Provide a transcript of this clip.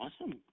awesome